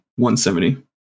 170